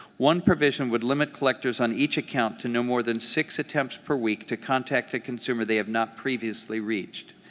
one provision would limit collectors on each account to no more than six attempts per week to contact a consumer they have not previously reached.